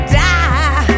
die